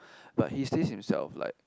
but he stays himself like